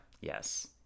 yes